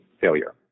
failure